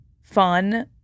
fun